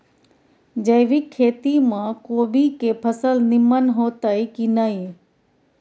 जैविक खेती म कोबी के फसल नीमन होतय की नय?